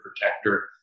protector